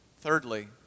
Thirdly